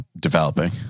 developing